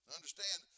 Understand